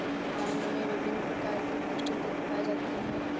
भांग में विभिन्न प्रकार के पौस्टिक तत्त्व पाए जाते हैं